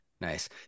Nice